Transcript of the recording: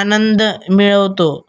आनंद मिळवतो